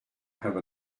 have